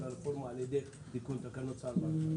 הרפורמה על-ידי תיקון תקנות צער בעלי חיים?